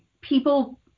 people